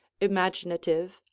imaginative